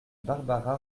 barbara